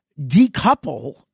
decouple